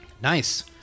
Nice